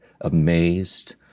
amazed